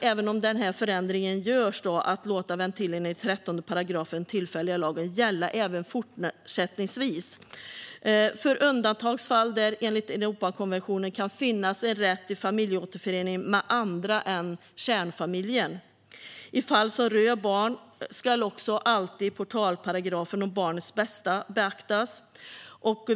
Även om en förändring görs finns skäl att låta ventilen i 13 § i den tillfälliga lagen gälla även fortsättningsvis för undantagsfall där det enligt Europakonventionen kan finnas en rätt till familjeåterförening med andra än kärnfamiljen. I fall som rör barn ska också alltid portalparagrafen om barnets bästa beaktas.